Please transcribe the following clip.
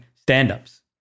stand-ups